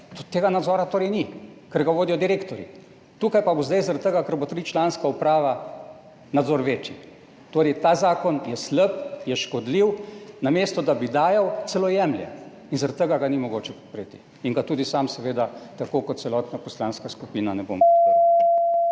tega nadzora torej ni, ker ga vodijo direktorji. Tukaj pa bo zdaj zaradi tega, ker bo tričlanska uprava, nadzor večji. Ta zakon je slab, je škodljiv, namesto da bi dajal, celo jemlje. Zaradi tega ga ni mogoče podpreti in ga tudi sam seveda tako kot celotna poslanska skupina ne bom podprl.